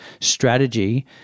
strategy